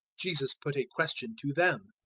jesus put a question to them.